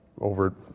over